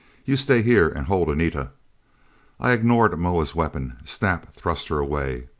you stay here and hold anita i ignored moa's weapon. snap thrust her away.